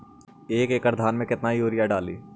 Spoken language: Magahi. एक एकड़ धान मे कतना यूरिया डाली?